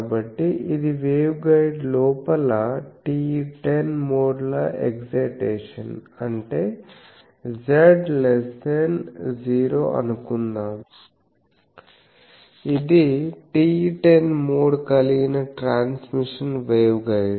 కాబట్టి ఇది వేవ్గైడ్ లోపల TE 10 మోడ్ల ఎక్సైటేషన్ అంటే z 0 అనుకుందాం ఇది TE 10 మోడ్ కలిగిన ట్రాన్స్మిషన్ వేవ్గైడ్